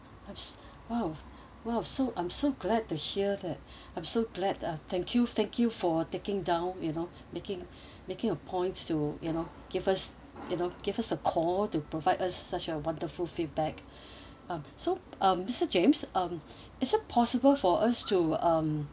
!wow! !wow! so I'm so glad to hear that I'm so glad uh thank you thank you for taking down you know making making a point to you know give us you know give us a call to provide us such a wonderful feedback uh so um mister james um is it possible for us to um